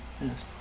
Yes